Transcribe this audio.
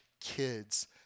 kids